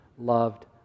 loved